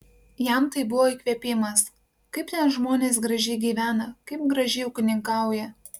jam tai buvo įkvėpimas kaip ten žmonės gražiai gyvena kaip gražiai ūkininkauja